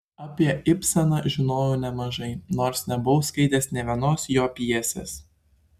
apie ibseną žinojau nemažai nors nebuvau skaitęs nė vienos jo pjesės